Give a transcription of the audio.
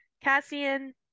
Cassian